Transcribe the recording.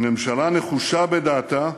הממשלה נחושה בדעתה,